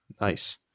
Nice